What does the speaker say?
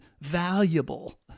valuable